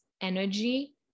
energy